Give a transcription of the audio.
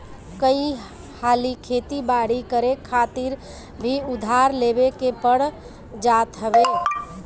कई हाली खेती बारी करे खातिर भी उधार लेवे के पड़ जात हवे